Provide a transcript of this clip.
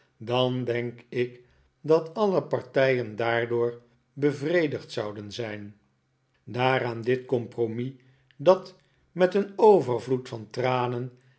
dan denk ik dat alle partijen daardoor bevredigd zouden zijn daar aan dit compromis dat met een overvloed van tranen